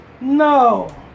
No